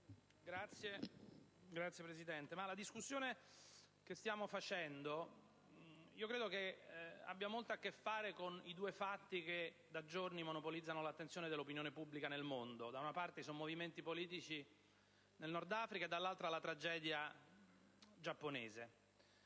la discussione che stiamo svolgendo abbia molto a che fare con i due fatti che da giorni monopolizzano l'attenzione dell'opinione pubblica nel mondo: da una parte, i sommovimenti politici nel Nord Africa e, dall'altra, la tragedia giapponese.